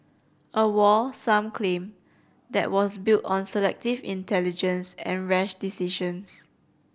a war some claim that was built on selective intelligence and rash decisions